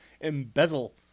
embezzle